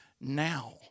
now